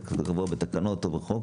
כבר אמרנו שזה יהיה קבוע בתקנות או בחוק,